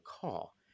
call